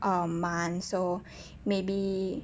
uh month so maybe